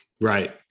Right